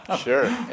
Sure